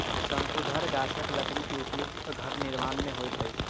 शंकुधर गाछक लकड़ी के उपयोग घर निर्माण में होइत अछि